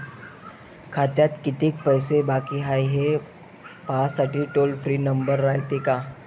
खात्यात कितीक पैसे बाकी हाय, हे पाहासाठी टोल फ्री नंबर रायते का?